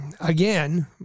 again